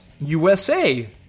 USA